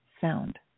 sound